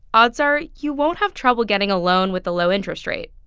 odds are you won't have trouble getting a loan with a low interest rate.